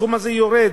הסכום הזה יורד